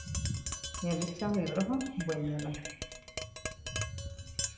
ᱧᱮᱞ ᱤᱪᱪᱷᱟ ᱦᱩᱭᱩᱜ ᱨᱮᱦᱚᱸ ᱵᱟᱹᱧ ᱧᱮᱞᱟ